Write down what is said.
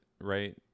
right